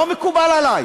לא מקובל עלי.